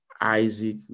Isaac